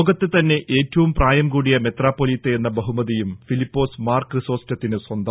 ലോകത്തെ തന്നെ ഏറ്റവും പ്രായം കൂടിയ മെത്രാപ്പൊലീത്തയെന്ന ബഹുമതിയും ഫിലിപ്പോസ് മാർ ക്രിസോസ്റ്റത്തിന് സ്വന്തം